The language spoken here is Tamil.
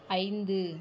ஐந்து